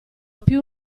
più